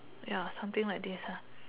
ya something like this